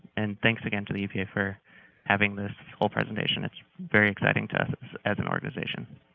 and thanks again to the epa for having this whole presentation. it's very exciting to us as an organization.